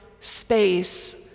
space